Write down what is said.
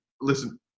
listen